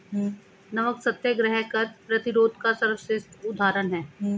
नमक सत्याग्रह कर प्रतिरोध का सर्वश्रेष्ठ उदाहरण है